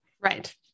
Right